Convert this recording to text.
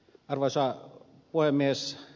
arvoisa puhemies